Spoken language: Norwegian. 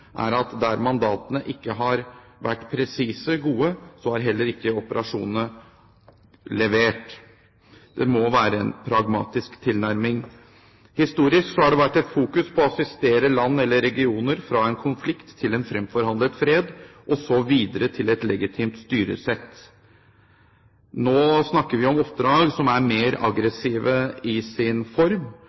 er at der mandatene ikke har vært presise og gode, har heller ikke operasjonene levert. Det må være en pragmatisk tilnærming. Historisk har det vært et fokus på å assistere land eller regioner fra en konflikt til en fremforhandlet fred, og så videre til et legitimt styresett. Nå snakker vi om oppdrag som er mer aggressive i sin form,